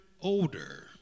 older